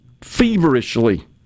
feverishly